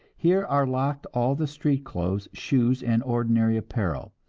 here are locked all the street clothes, shoes and ordinary apparel.